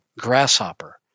grasshopper